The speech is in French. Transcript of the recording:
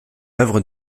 œuvre